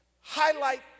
highlight